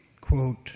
quote